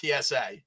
PSA